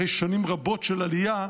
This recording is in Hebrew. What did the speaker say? אחרי שנים רבות של עלייה,